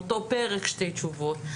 מאותו פרק שתי תשובות,